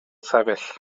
sefyll